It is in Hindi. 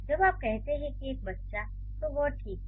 जब आप कहते हैं कि "एक बच्चा" तो वह ठीक है